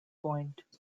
point